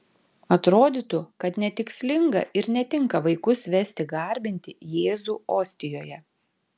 atrodytų kad netikslinga ir netinka vaikus vesti garbinti jėzų ostijoje